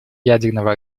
ядерного